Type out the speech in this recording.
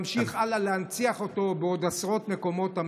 נמשיך הלאה להנציח אותו בעוד עשרות מקומות,